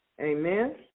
Amen